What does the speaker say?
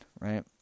right